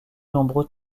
nombreux